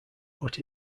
but